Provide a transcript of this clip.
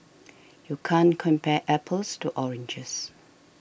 you can't compare apples to oranges